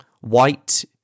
White